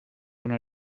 una